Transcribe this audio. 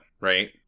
right